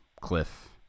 cliff